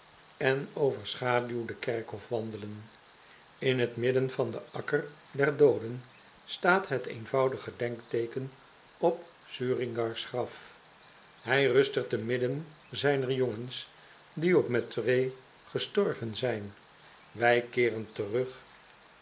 en overschaduwde kerkhof wandelen in het midden van den akker der dooden staat het eenvoudige gedenkteeken op suringar's graf hij rust er te midden zijner jongens die op mettray gestorven zijn wij keeren terug